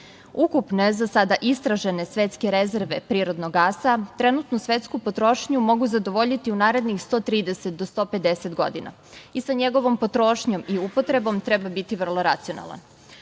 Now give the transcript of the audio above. za sada istražene svetske rezerve prirodnog gasa trenutnu svetsku potrošnju mogu zadovoljiti u narednih 130 do 150 godina, i sa njegovom potrošnjom i upotrebom treba biti vrlo racionalan. Prirodni